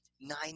nine